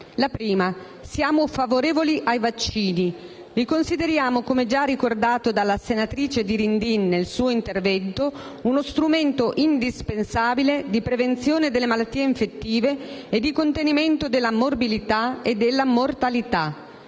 La prima: siamo favorevoli ai vaccini. Li consideriamo, come già ricordato dalla senatrice Dirindin nel suo intervento, uno strumento indispensabile di prevenzione delle malattie infettive e di contenimento della morbilità e della mortalità.